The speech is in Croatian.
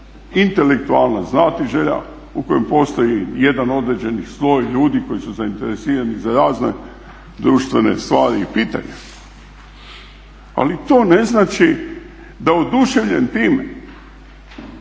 intelektualna znatiželja, u kojem postoji i jedna određeni sloj ljudi koji su zainteresirani za razne društvene stvari i pitanja, ali to ne znači da oduševljen time